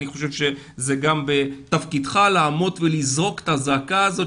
אני חוש שגם מתפקידך לעמוד ולזעוק את הזעקה הזאת